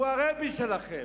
הוא הרבי שלכם,